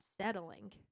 settling